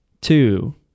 two